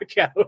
out